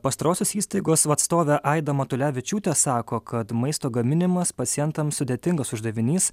pastarosios įstaigos atstovė aida matulevičiūtė sako kad maisto gaminimas pacientams sudėtingas uždavinys